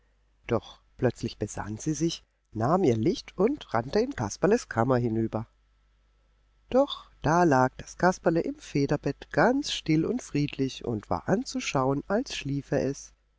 doch plötzlich besann sie sich nahm ihr licht und rannte in kasperles kammer hinüber doch da lag das kasperle im federbett ganz still und friedlich und war anzuschauen als schliefe es